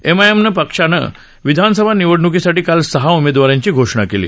Amy यएम पक्षानं विधानसभा निवडण्कीसाठी काल सहा उमेदवारांची घोषणा केली